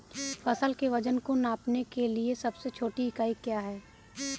फसल के वजन को नापने के लिए सबसे छोटी इकाई क्या है?